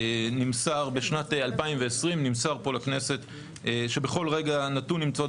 בשנת 2020 נמסר פה לכנסת שבכל רגע נתון נמצאות